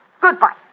Goodbye